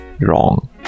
wrong